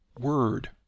word